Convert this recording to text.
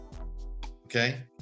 Okay